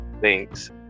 Thanks